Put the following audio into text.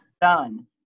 done